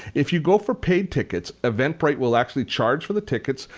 if you go for paid tickets. eventbrite will actually charge for the tickets,